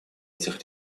этих